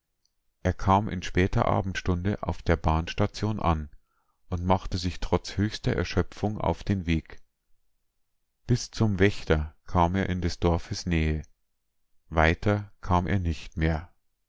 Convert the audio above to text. er kam in später abendstunde auf der bahnstation an und machte sich trotz höchster erschöpfung auf den weg bis zum wächter kam er in des dorfes nähe weiter kam er nicht mehr